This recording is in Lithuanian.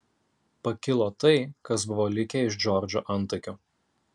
pakilo tai kas buvo likę iš džordžo antakių